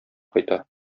кайта